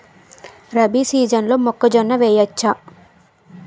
రబీ సీజన్లో మొక్కజొన్న వెయ్యచ్చా?